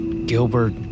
Gilbert